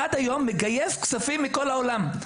עד היום מגייס כספים מכל העולם.